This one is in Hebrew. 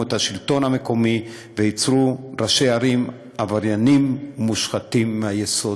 את השלטון המקומי ויצרו ראשי ערים עבריינים ומושחתים מהיסוד.